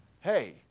Hey